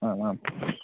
आमाम्